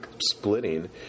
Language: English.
splitting